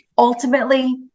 Ultimately